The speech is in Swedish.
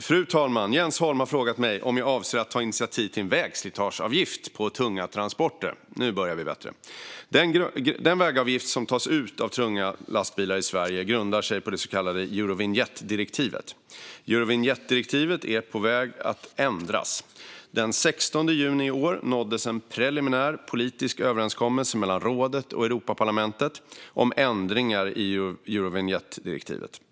Fru talman! Jens Holm har frågat mig om jag avser att ta initiativ till en vägslitageavgift för tunga transporter. Den vägavgift som tas ut för tunga lastbilar i Sverige grundar sig på det så kallade Eurovinjettdirektivet. Eurovinjettdirektivet är på väg att ändras. Den 16 juni i år nåddes en preliminär politisk överenskommelse mellan rådet och Europaparlamentet om ändringar i Eurovinjettdirektivet.